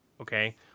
okay